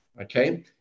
okay